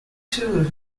two